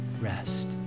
rest